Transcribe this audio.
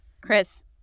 Chris